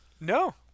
No